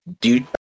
Dude